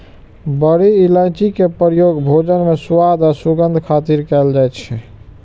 बड़ी इलायची के प्रयोग भोजन मे स्वाद आ सुगंध खातिर कैल जाइ छै